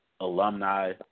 Alumni